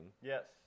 Yes